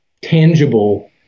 tangible